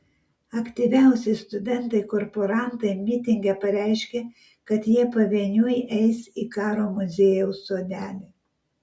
aktyviausi studentai korporantai mitinge pareiškė kad jie pavieniui eis į karo muziejaus sodelį